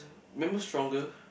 remember stronger